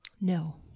no